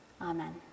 Amen